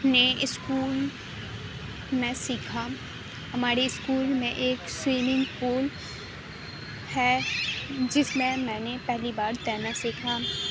اپنے اسکول میں سیکھا ہمارے اسکول میں ایک سوئمنگ پول ہے جس میں میں نے پہلی بار تیرنا سیکھا